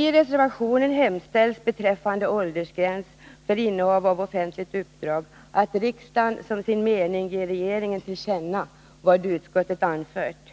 I reservationen hemställs beträffande åldersgräns för innehav av offentligt uppdrag att riksdagen som sin mening ger regeringen till känna vad utskottet anfört.